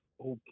okay